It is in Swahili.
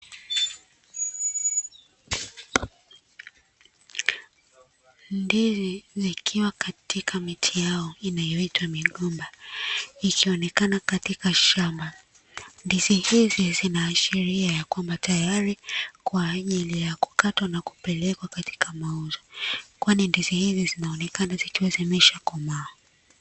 Ndizi ikiwa katika miti yao inayoitwa migomba, ikionekana katika shamba. Ndizi hizi zinaashiria ya kwamba tayari kwa ajili ya kukatwa na kupelekwa katika mauzo, kwani ndizi hizi zinaonekana zikiwa zimeshakomaa.